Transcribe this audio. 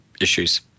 issues